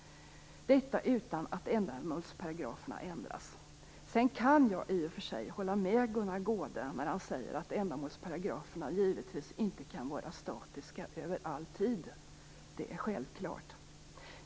Detta kan ske utan att ändamålsparagraferna ändras. I och för sig kan jag hålla med Gunnar Goude om att ändamålsparagraferna givetvis inte kan vara statiska i all framtid.